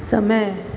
समय